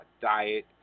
diet